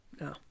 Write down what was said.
No